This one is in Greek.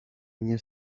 μια